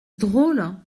drôle